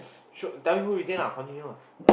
sure tell me who retain lah continue lah